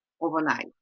overnight